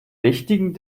wichtigen